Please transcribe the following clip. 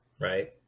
Right